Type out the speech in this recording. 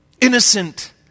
innocent